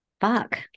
fuck